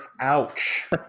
Ouch